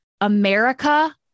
America